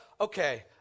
okay